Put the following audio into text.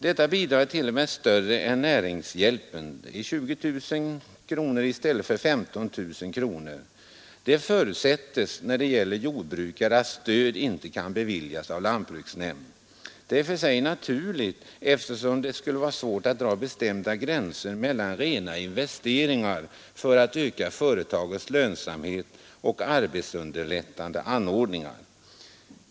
Detta bidrag är t.o.m. större än näringshjälpen — det är 20 000 kronor i stället för 15 000 kronor. Det förutsättes, när det gäller jordbrukare, att stöd inte kan beviljas av lantbruksnämnd. Det är i och för sig naturligt, eftersom det skulle vara svårt att dra bestämda gränser mellan rena investeringar för att öka Nr 45 företagets lönsamhet och arbetsunderlättande anordningar.